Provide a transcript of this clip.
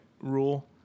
rule